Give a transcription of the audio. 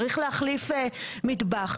צריך להחליף מטבח.